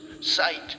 Sight